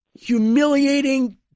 humiliating –